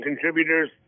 contributors